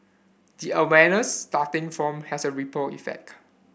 the awareness starting from has a ripple effect